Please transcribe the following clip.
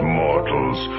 mortals